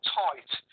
tight